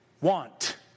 Want